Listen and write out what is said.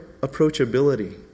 approachability